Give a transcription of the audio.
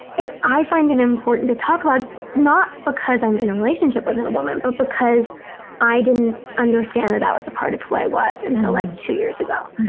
it's i find it important to talk about not because i'm in a relationship with and a woman, but because i didn't understand that that was a part of who i was until like two years ago.